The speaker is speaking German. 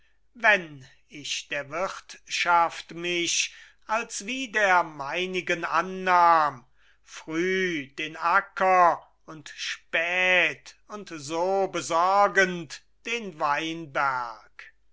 wenn ich der wirtschaft mich als wie der meinigen annahm früh den acker und spät und so besorgend den weinberg